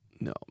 no